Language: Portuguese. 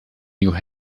new